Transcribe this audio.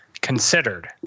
considered